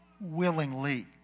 willingly